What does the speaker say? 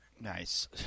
Nice